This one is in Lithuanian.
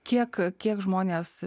kiek kiek žmonės